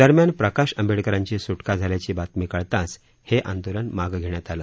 दरम्यान प्रकाश आंबेडकरांची सूटका झाल्याची बातमी कळताच हे आंदोलन मागे घेण्यात आलं